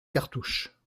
cartouches